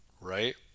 right